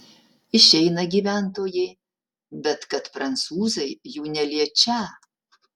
išeina gyventojai bet kad prancūzai jų neliečią